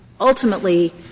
ultimately —